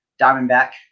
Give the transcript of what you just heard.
Diamondback